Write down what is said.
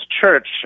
church